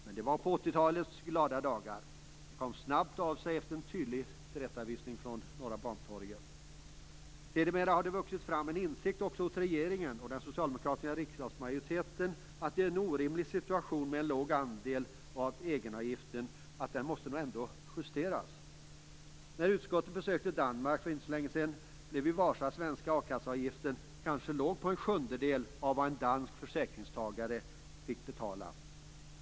Men det var på 80-talets glada dagar, så det kom snabbt av sig efter en tydlig tillrättavisning från Norra Bantorget. Sedermera har det vuxit fram en insikt också hos regeringen och den socialdemokratiska riksdagsmajoriteten om att det är orimligt med så låg andel av egenavgiften att den ändå måste justeras. När vi från utskottet för inte så länge sedan besökte Danmark blev vi varse att svenska a-kasseavgifter kanske låg på en sjundedel av vad en dansk försäkringstagare fick betala.